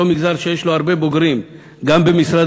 אותו מגזר שיש לו הרבה בוגרים גם במשרד